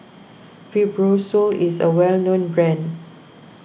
Fibrosol is a well known brand